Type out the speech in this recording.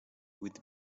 with